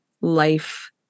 life